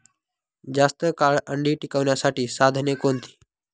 जास्त काळ अंडी टिकवण्यासाठी साधने कोणती?